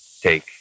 Take